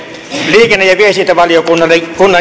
liikenne ja viestintävaliokunnan